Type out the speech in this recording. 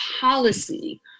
policy